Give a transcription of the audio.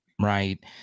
Right